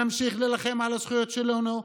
נמשיך להילחם על הזכויות שלנו,